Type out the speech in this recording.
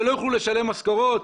שלא יוכלו לשלם משכורות?